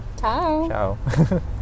Ciao